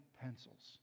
pencils